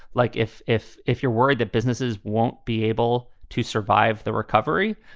like if if if you're worried that businesses won't be able to survive the recovery.